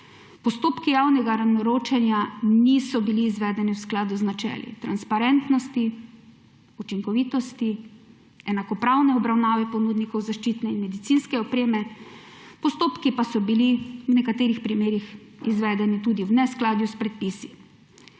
Postopki javnega naročanja niso bili izvedeni v skladu z načeli transparentnosti, učinkovitosti, enakopravne obravnave ponudnikov zaščitne in medicinske opreme, postopki pa so bili v nekaterih primerih izvedeni tudi v neskladju s predpisi.